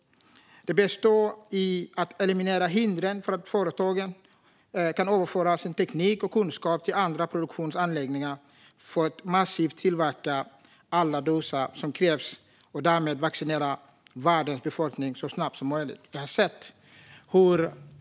Det handlar om att eliminera hindren så att företagen kan överföra sin teknik och kunskap till andra produktionsanläggningar. Då skulle man massivt kunna tillverka alla doser som krävs och därmed kunna vaccinera världens befolkning så snabbt som möjligt.